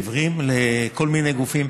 לעיוורים, לכל מיני גופים.